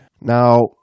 Now